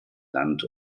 land